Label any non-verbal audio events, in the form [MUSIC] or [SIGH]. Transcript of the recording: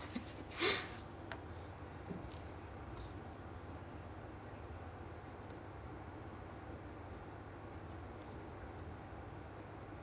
[LAUGHS]